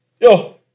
Yo